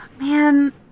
Man